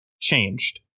changed